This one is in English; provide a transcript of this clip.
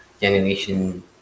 generation